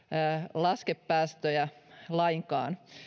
laske päästöjä lainkaan